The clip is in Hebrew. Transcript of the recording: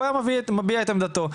הוא היה מביע את עמדתו.